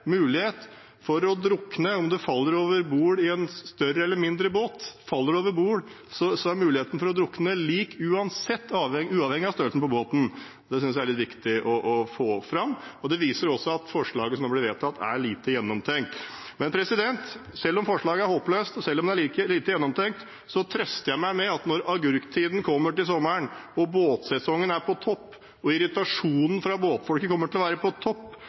mulighet til å kjøpe en større båt, omgår du jo dette litt morsomme, unødvendige og rare lovforslaget. Og som jeg sa i stad, er det absolutt ingen større fare for å drukne om du faller over bord fra en større eller fra en mindre båt. Faller du over bord, er muligheten for å drukne lik uansett, uavhengig av størrelsen på båten. Det synes jeg er litt viktig å få fram. Det viser også at forslaget som nå blir vedtatt, er lite gjennomtenkt. Men selv om forslaget er håpløst, og selv om det er lite gjennomtenkt, trøster jeg meg med at når det vi kaller agurktiden, kommer